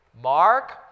Mark